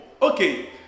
Okay